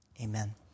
Amen